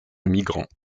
migrants